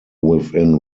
within